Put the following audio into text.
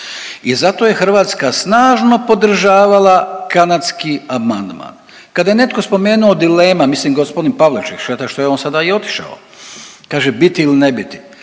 I zato je Hrvatska snažno podržavala kanadski amandman. Kada je netko spomenuo dilema, mislim, g. Pavliček, šteta što je on sada i otišao, kaže, biti ili ne biti.